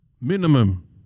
Minimum